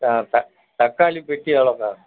ஆ தக்காளிப்பெட்டி எவ்வளோக்கா